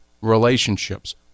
relationships